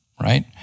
right